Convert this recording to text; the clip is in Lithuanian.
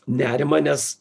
nerimą nes